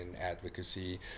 advocacy